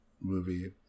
movie